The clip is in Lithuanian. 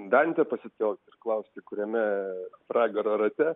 dantę pacituot klausti kuriame pragaro rate